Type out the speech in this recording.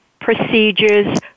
procedures